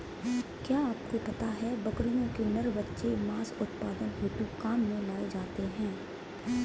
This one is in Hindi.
क्या आपको पता है बकरियों के नर बच्चे मांस उत्पादन हेतु काम में लाए जाते है?